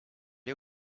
you